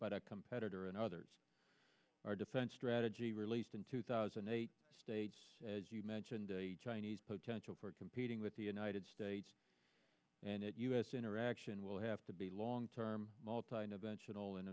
but a competitor and others our defense strategy released in two thousand and eight states as you mentioned a chinese potential for competing with the united states and it us interaction will have to be long term multi dimensional and